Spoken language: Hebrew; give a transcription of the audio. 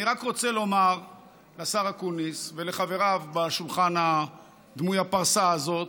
אני רק רוצה לומר לשר אקוניס ולחבריו בשולחן דמוי הפרסה הזה,